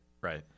Right